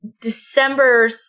December